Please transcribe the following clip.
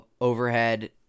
overhead